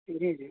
جی جی